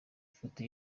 ifoto